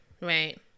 right